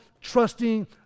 trusting